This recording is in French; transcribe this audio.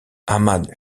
ahmad